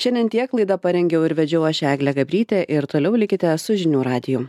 šiandien tiek laidą parengiau ir vedžiau aš eglė gabrytė ir toliau likite su žinių radiju